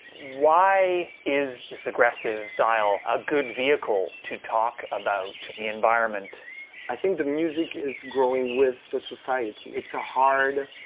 why is this aggressive style a good vehicle to talk about the environment? joe i think the music is growing with the society. it's a hard,